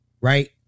Right